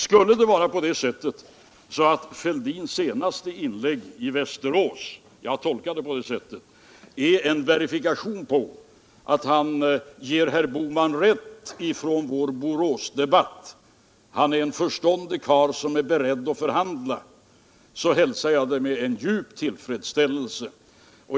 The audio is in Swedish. Skulle det vara på det sättet att herr Fälldins senaste inlägg, i Västerås —- jag har tolkat det på det sättet — är en verifikation på att han ger Bohman rätt ifrån vår Boråsdebatt, dvs. att han är en förståndig karl som är beredd att förhandla, så hälsar jag det med djup tillfredsställelse.